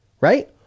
Right